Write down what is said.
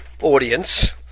audience